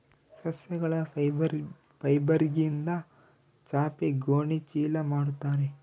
ಸಸ್ಯಗಳ ಫೈಬರ್ಯಿಂದ ಚಾಪೆ ಗೋಣಿ ಚೀಲ ಮಾಡುತ್ತಾರೆ